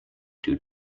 due